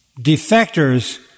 defectors